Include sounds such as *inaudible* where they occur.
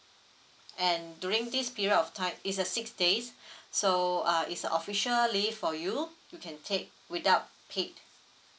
and during this period of time it's a six days *breath* so uh it's a official leave for you you can take without paid